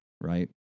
right